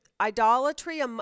idolatry